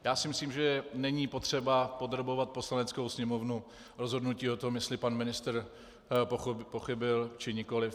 Já si myslím, že není potřeba podrobovat Poslaneckou sněmovnu rozhodnutí o tom, jestli pan ministr pochybil či nikoliv.